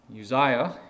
Uzziah